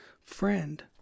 friend